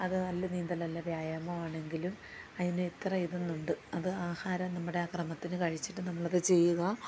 അത് നല്ല നീന്തലല്ല വ്യായാമം ആണെങ്കിലും അതിനിത്രയിതെന്നുണ്ട് അത് ആഹാരം നമ്മുടെ ആ ക്രമത്തിന് കഴിച്ചിട്ട് നമ്മളത് ചെയ്യുക